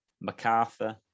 MacArthur